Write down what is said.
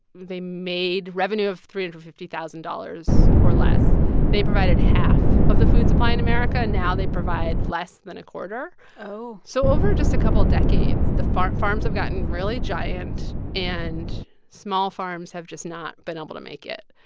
they made revenue of three hundred and fifty thousand dollars or less they provided half of the food supply in america. now they provide less than a quarter oh so over just a couple of decades, the farms farms have gotten really giant, and small farms have just not been able to make it.